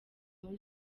muri